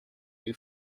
who